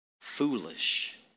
foolish